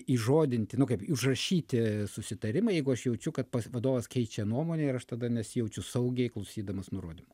įžodinti nu kaip užrašyti susitarimą jeigu aš jaučiu kad pats vadovas keičia nuomonę ir aš tada nesijaučiu saugiai klausydamas nurodymų